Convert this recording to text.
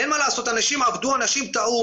אין מה לעשות, אנשים עבדו, אנשים טעו.